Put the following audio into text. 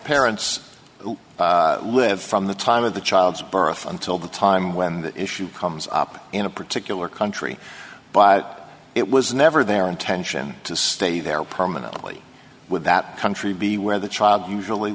parents who live from the time of the child's birth until the time when that issue comes up in a particular country but it was never their intention to stay there permanently with that country be where the child usually